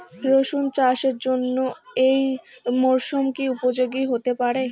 রসুন চাষের জন্য এই মরসুম কি উপযোগী হতে পারে?